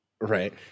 right